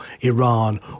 Iran